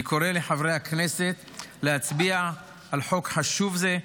אני קורא לחברי הכנסת להצביע על חוק חשוב זה,